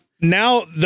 now